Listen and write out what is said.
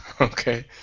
Okay